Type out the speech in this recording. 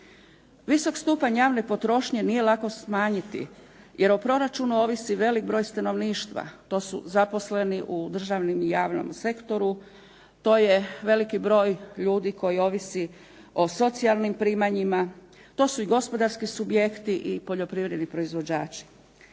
Visok stupanj javne potrošnje nije lako smanjiti, jer o proračunu ovisi veliki broj stanovništva. To su zaposleni u državnom i javnom sektoru, to je veliki broj ljudi koji ovisi o socijalnim primanjima, to su gospodarski subjekti i poljoprivredni proizvođači.